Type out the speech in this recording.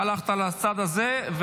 אתה הלכת לצד הזה,